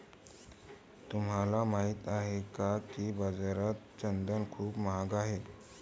तुम्हाला माहित आहे का की बाजारात चंदन खूप महाग आहे?